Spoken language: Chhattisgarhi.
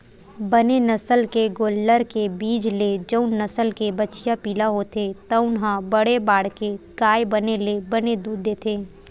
बने नसल के गोल्लर के बीज ले जउन नसल के बछिया पिला होथे तउन ह बड़े बाड़के गाय बने ले बने दूद देथे